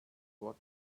what